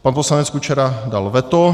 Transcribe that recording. Pan poslanec Kučera dal veto.